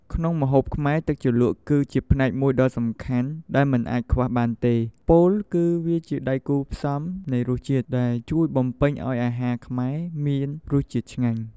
ក្នុងម្ហូបខ្មែរ ទឹកជ្រលក់គឺជាផ្នែកមួយដ៏សំខាន់ ដែលមិនអាចខ្វះបានទេ ពោលគឺវាជាដៃគូរផ្សំនៃរសជាតិ ដែលជួយបំពេញឲ្យអាហារខ្មែរមានរសជាតិឆ្ងាញ់។